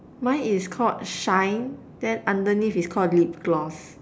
mine is called shine then underneath is called lip gloss